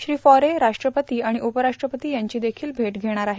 श्री फॉरी राष्ट्रपती आणि उपराष्ट्रपती यांची देखील भेट घेणार आहेत